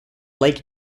lake